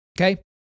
Okay